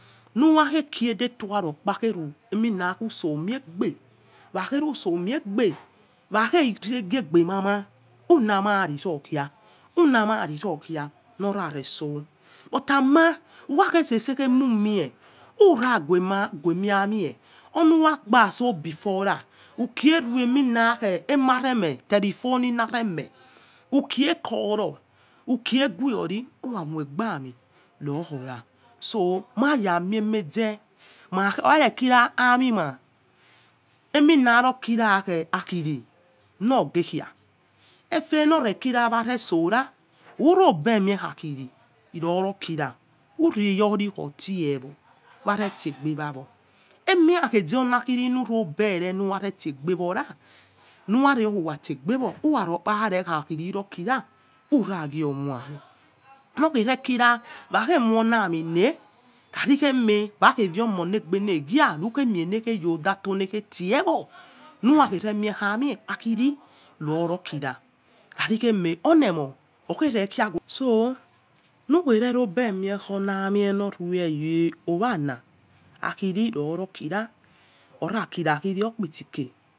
I uwa ghuro deto arokiar emanro usoh or miagbe wa kha gesu soh mia gbe wa kheghegbe mama ulama arokia ulama niro khai lora nesoh, but ama ukhaghesese emumie uraghue amie orun wa krasoh before ra, ukie rumina ama ne meh tele phone na rem-eh ukeh can ukeh ghwin uwa ughe baiami lokhona so maya mimaze orkh are kiai a' amina amina or kira akhion no ge khai, efe. no rie kina huware sora urobe. me akhiei no kira uneyori otiewo wa thegbe wawo akhin lurobere, huwa ti egbe wo uwa rekpare akhiai niokira umgho khua min. nwghe nekira waghe, khuo la ' a min ley khare eme waghe phoiomo legbe aigai lughe mai ekeghe yo odato leghe tiewo a' anine akhia no vokira khaoi eme orlenion lughe rezoyel mel uaniie to wruere yo owa na akhin loro khira ora kici akhini sike.